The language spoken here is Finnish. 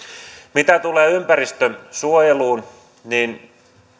mitä tulee ympäristönsuojeluun niin